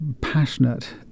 passionate